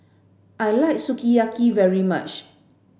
I like Sukiyaki very much